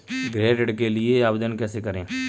गृह ऋण के लिए आवेदन कैसे करें?